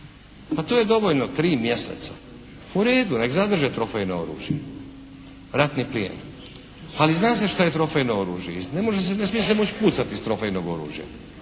Pa to je dovoljno 3 mjeseca. U redu, nek' zadrže trofejno oružje, ratni plijen. Ali zna se šta je trofejno oružje. Ne smije se moći pucati iz trofejnog oružja.